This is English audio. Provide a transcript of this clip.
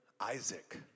isaac